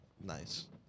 Nice